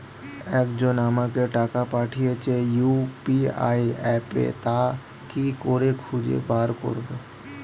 একজন আমাকে টাকা পাঠিয়েছে ইউ.পি.আই অ্যাপে তা কি করে খুঁজে বার করব?